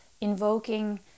invoking